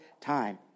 time